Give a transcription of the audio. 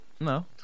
No